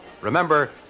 Remember